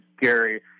Gary